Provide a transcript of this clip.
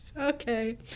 Okay